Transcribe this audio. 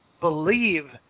believe